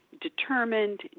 determined